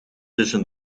tussen